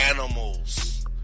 Animals